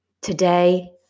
Today